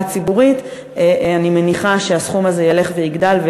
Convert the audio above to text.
הציבורית אני מניחה שהסכום הזה ילך ויגדל,